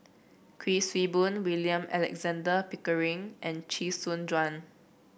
Kuik Swee Boon William Alexander Pickering and Chee Soon Juan